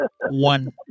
one